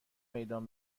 میدان